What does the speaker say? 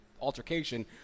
altercation